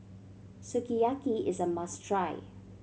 sukiyaki is a must try